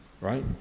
Right